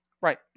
Right